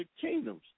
kingdoms